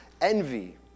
envy